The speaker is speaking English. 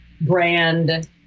brand